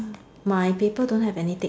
my paper don't have any tick